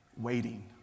waiting